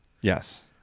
Yes